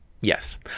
yes